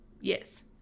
Yes